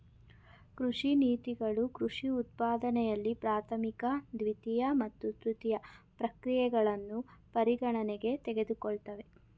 ಕೃಷಿ ನೀತಿಗಳು ಕೃಷಿ ಉತ್ಪಾದನೆಯಲ್ಲಿ ಪ್ರಾಥಮಿಕ ದ್ವಿತೀಯ ಮತ್ತು ತೃತೀಯ ಪ್ರಕ್ರಿಯೆಗಳನ್ನು ಪರಿಗಣನೆಗೆ ತೆಗೆದುಕೊಳ್ತವೆ